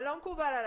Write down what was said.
לא מקובל עלי.